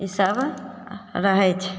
ई सब रहय छै